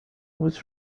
was